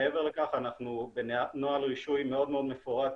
מעבר לכך בנוהל רישוי מאוד מאוד מפורט